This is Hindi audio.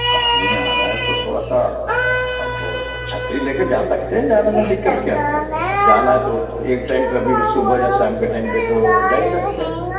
पानी आ रहा है तो थोड़ा सा अब छतरी लेकर जा सकते हैं जाने में दिक्कत क्या है अब जाना है तो एक टाइम कभी भी सुबह या शाम के टाइम पे तो जा ही सकते हैं